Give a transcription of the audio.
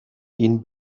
ihn